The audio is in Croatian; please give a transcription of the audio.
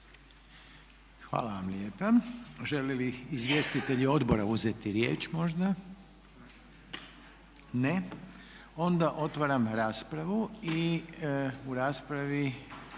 Hvala vam lijepa. Žele li izvjestitelji odbora uzeti riječ možda? Ne. Otvaram raspravu. U raspravi